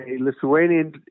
Lithuanian